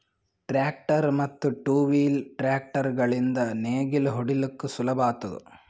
tractor ಮತ್ತ್ two wheel tractor ಗಳಿಂದ್ ನೇಗಿಲ ಹೊಡಿಲುಕ್ ಸುಲಭ ಆತುದ